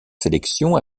sélections